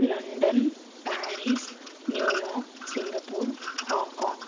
London Paris New York Singapore Hong Kong